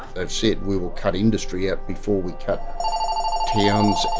they've said we will cut industry out before we cut towns